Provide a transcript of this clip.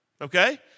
okay